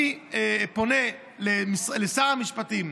אני פונה לשר המשפטים,